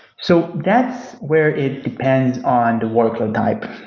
so that's where it depends on the workload type.